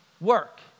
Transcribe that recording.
work